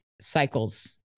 cycles